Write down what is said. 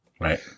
Right